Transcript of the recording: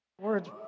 Words